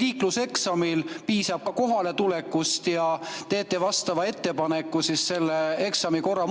liikluseksamil piisab ka kohaletulekust, ja kas te teete ettepaneku selle eksami korra muutmiseks.